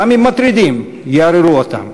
גם אם מטרידים, יערערו אותם.